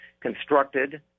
constructed